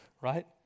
right